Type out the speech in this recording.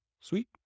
Sweet